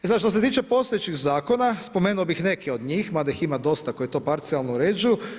I sad što se tiče postojećih zakona spomenuo bih neke od njih mada ih ima dosta koji to parcijalno uređuju.